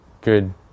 good